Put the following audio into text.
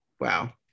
wow